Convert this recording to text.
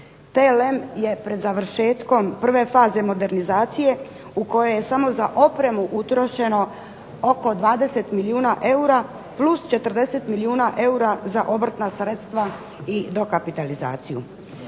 TLM je pred završetkom prve faze modernizacije u koje je samo za opremu utrošeno oko 20 milijuna eura plus 40 milijuna eura za obrtna sredstva i dokapitalizaciju.